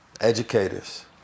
educators